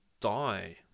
die